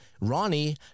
Ronnie